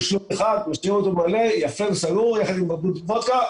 יחד עם בקבוק וודקה,